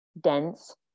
dense